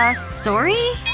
ah sorry?